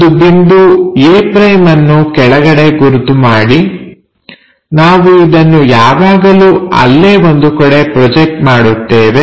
ಒಂದು ಬಿಂದು a' ಅನ್ನು ಕೆಳಗಡೆ ಗುರುತು ಮಾಡಿ ನಾವು ಇದನ್ನು ಯಾವಾಗಲೂ ಅಲ್ಲೇ ಒಂದು ಕಡೆ ಪ್ರೊಜೆಕ್ಟ್ ಮಾಡುತ್ತೇವೆ